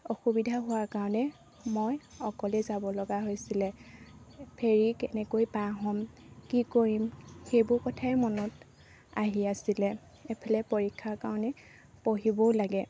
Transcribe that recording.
অসুবিধা হোৱাৰ কাৰণে মই অকলে যাব লগা হৈছিলে ফেৰি কেনেকৈ পাৰ হ'ম কি কৰিম সেইবোৰ কথাই মনত আহি আছিলে এইফালে পৰীক্ষাৰ কাৰণে পঢ়িবও লাগে